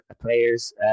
players